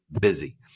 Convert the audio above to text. busy